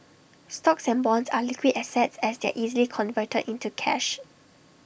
stocks and bonds are liquid assets as they are easily converted into cash